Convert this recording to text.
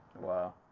Wow